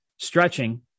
stretching